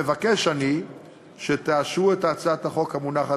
מבקש אני שתאשרו את הצעת החוק המונחת